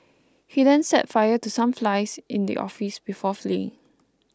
he then set fire to some flies in the office before fleeing